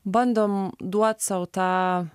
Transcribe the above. bandom duot sau tą